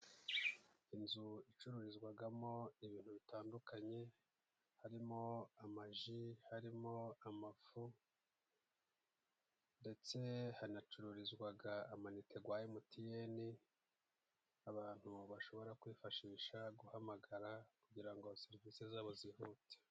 Inzu icururizwamo ibintu bitandukanye harimo:amaji, harimo amafu ndetse hanacururizwa amayinite ya emutiyene, abantu bashobora kwifashisha guhamagara kugira ngo serivisi zabo zihute.